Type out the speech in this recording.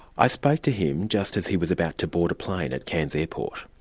i spoke to him just as he was about to board a plan at cairns airport.